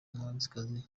muhanzikazi